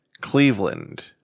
Cleveland